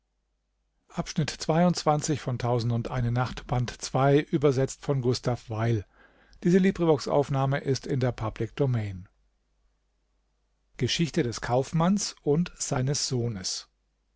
geschichte des kaufmanns und seines sohnes